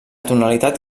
tonalitat